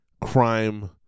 crime